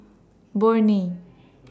Burnie